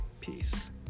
Peace